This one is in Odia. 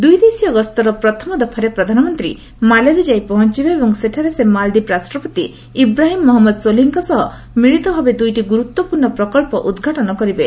ଦୁଇଦେଶୀୟ ଗସ୍ତର ପ୍ରଥମ ଦଫାରେ ପ୍ରଧାନମନ୍ତ୍ରୀ ମାଲେରେ ଯାଇ ପହଞ୍ଚବେ ଏବଂ ସେଠାରେ ସେ ମାଲଦ୍ୱୀପ ରାଷ୍ଟ୍ରପତି ଇବ୍ରାହମ୍ ମହମ୍ମଦ ସୋଲିହ୍କ ସହ ମିଳିତ ଭାବେ ଦୁଇଟି ଗୁରୁତ୍ୱପୂର୍ଣ୍ଣ ପ୍ରକନ୍ଧ ଉଦ୍ଘାଟନ କରିବେ